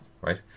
right